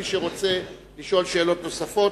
ומי שרוצה לשאול שאלות נוספות,